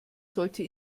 sollte